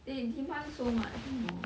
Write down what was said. they demand so much you know